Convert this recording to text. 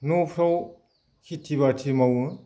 न'फ्राव खेथि बाथि मावो